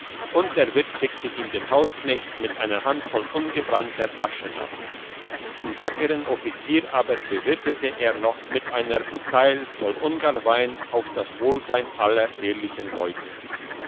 und der wirt schickte ihm den hausknecht mit einer handvoll ungebrannter asche nach den wackern offizier aber bewirtete er noch mit einer bouteille voll ungarwein auf das wohlsein aller ehrlichen leute